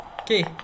Okay